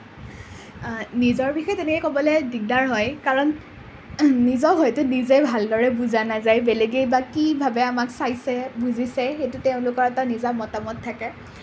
নিজৰ বিষয়ে তেনেকৈ ক'বলৈ দিগদাৰ হয় কাৰণ নিজক হয়তো নিজে ভালদৰে বুজা নাযায় বেলেগে বা কি ভাবে আমাক চাইছে বুজিছে সেইটো তেওঁলোকৰ এটা নিজা মতামত থাকে